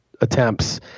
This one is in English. attempts